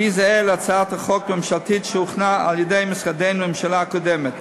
והיא זהה להצעת החוק הממשלתית שהוכנה על-ידי משרדנו בממשלה הקודמת.